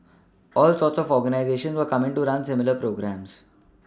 all sorts of organisations were coming to run similar programmes